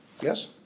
Yes